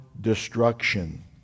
destruction